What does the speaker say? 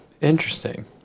interesting